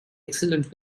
excellent